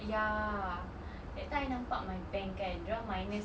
ya that time I nampak my bank kan dorang minus